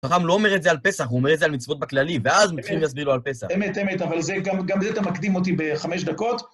מר"ן לא אומר את זה על פסח, הוא אומר את זה על מצוות בכללי, ואז מתחיל להסביר לו על פסח. אמת, אמת, אבל גם בזה אתה מקדים אותי בחמש דקות.